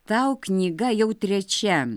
tau knyga jau trečia